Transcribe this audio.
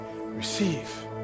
receive